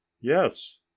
yes